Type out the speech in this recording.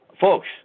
Folks